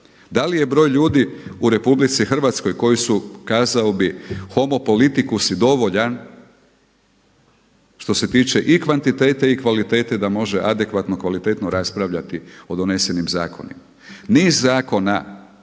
da li je broj ljudi u RH koji su kazao bih homopolitikus je dovoljan što se tiče i kvantitete i kvalitete da može adekvatno kvalitetno raspravljati o donesenim zakonima. Niz zakona